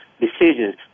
decisions